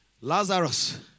Lazarus